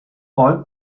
all